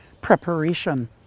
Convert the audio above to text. preparation